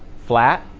flat